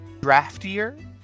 draftier